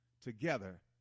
together